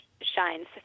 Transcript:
shines